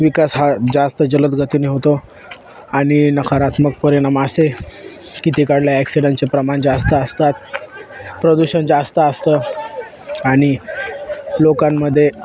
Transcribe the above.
विकास हा जास्त जलद गतीने होतो आणि नकारात्मक परिणाम असे की तिकडल्या ॲक्सिडेंटचे प्रमाण जास्त असतात प्रदूषण जास्त असतं आणि लोकांमध्ये